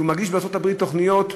כשהוא מגיש בארצות-הברית תוכניות,